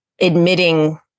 admitting